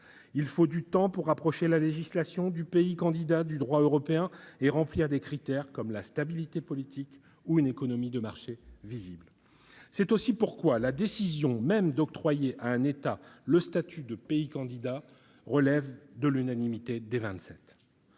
il faut du temps pour rapprocher la législation du pays candidat du droit européen et remplir différents critères, comme la stabilité politique ou une économie de marché viable. C'est aussi pourquoi la décision même d'octroyer à un État le statut de pays candidat relève de l'unanimité des